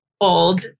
old